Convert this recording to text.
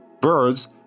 Birds